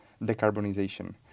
decarbonization